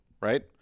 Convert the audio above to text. right